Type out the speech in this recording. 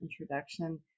introduction